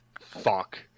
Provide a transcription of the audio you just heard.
Fuck